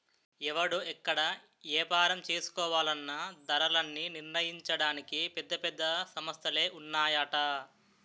ఎవడు ఎక్కడ ఏపారం చేసుకోవాలన్నా ధరలన్నీ నిర్ణయించడానికి పెద్ద పెద్ద సంస్థలే ఉన్నాయట